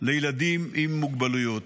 לילדים עם מוגבלויות,